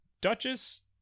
duchess